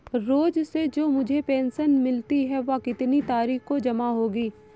रोज़ से जो मुझे पेंशन मिलती है वह कितनी तारीख को जमा होगी?